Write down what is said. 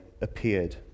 appeared